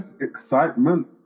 excitement